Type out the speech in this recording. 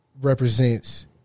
represents